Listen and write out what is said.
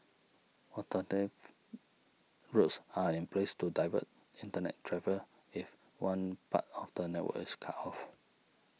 alternative routes are in place to divert Internet travel if one part of the network is cut off